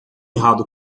errado